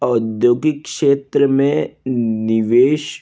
औद्योगिक क्षेत्र में निवेश